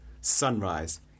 Sunrise